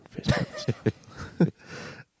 Facebook